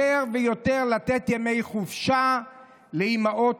לתת יותר ויותר ימי חופשה לאימהות